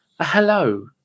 Hello